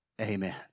Amen